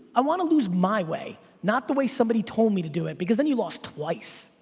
i wanna lose my way. not the way somebody told me to do it because then you lost twice.